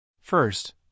First